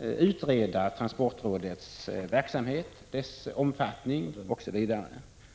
utreda transportrådets verksamhet, dess omfattning osv.